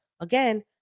again